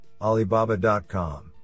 Alibaba.com